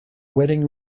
wedding